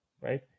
right